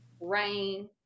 Rain